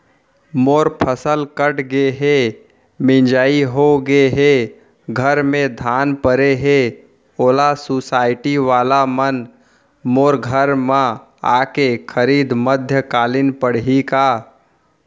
मोर फसल कट गे हे, मिंजाई हो गे हे, घर में धान परे हे, ओला सुसायटी वाला मन मोर घर म आके खरीद मध्यकालीन पड़ही का?